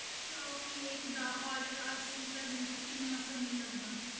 chocolate दा order हासल करने च किन्ना समे लगदा